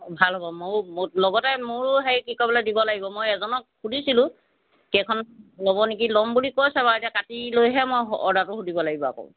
ভাল হ'ব ময়ো লগতে মোৰো হেৰি কি কয় বোলে দিব লাগিব মই এজনক সুধিছিলোঁ কেইখন ল'ব নেকি ল'ম বুলি কৈছে বাৰু এতিয়া কাটি লৈহে মই অৰ্ডাৰটো সুধিব লাগিব আকৌ